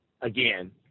again